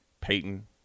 Peyton